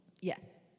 Yes